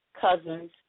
cousins